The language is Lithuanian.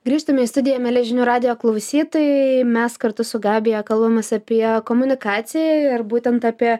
grįžtame į studiją mieli žinių radijo klausytojai mes kartu su gabija kalbamės apie komunikaciją ir būtent apie